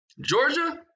Georgia